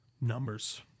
numbers